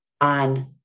on